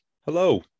Hello